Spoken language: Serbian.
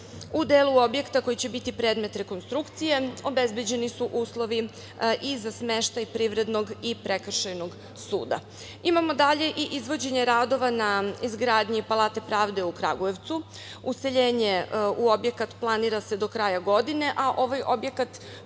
U delu objekta koji će biti predmet rekonstrukcije obezbeđeni su uslovi i za smeštaj Privrednog i Prekršajnog suda. Imamo dalje i izvođenje radova na izgradnji Palate pravde u Kragujevcu. Useljenje u objekat planira se do kraja godine, a ovaj objekat